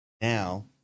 Now